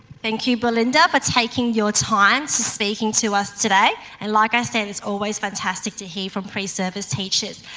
thank you belinda for taking your time to speaking to us today. and like i say and it's always fantastic to hear from pre-service teachers.